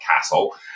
castle